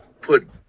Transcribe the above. put